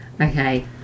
Okay